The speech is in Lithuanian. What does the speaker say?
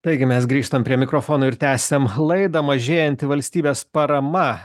taigi mes grįžtam prie mikrofono ir tęsiam laidą mažėjanti valstybės parama